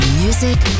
music